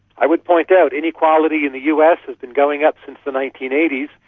i would point out, inequality in the us has been going up since the nineteen eighty s,